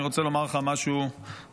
אני רוצה לומר לך משהו עקרוני,